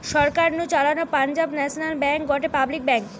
সরকার নু চালানো Punjab national bank গটে পাবলিক ব্যাঙ্ক